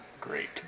Great